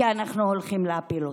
כי אנחנו הולכים להפיל אתכם,